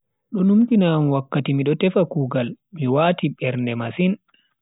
Do numtina am wakkati mido tefa kugaal, mi wati mbernda masin.